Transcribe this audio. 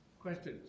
Questions